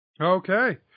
Okay